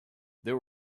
there